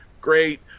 great